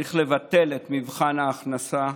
צריך לבטל את מבחן ההכנסה,